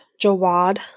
jawad